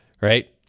right